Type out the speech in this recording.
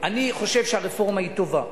אני חושב שהרפורמה טובה,